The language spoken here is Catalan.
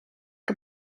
que